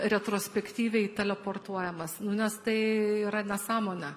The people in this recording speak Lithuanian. retrospektyviai teleportuojamas nu nes tai yra nesąmonė